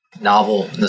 novel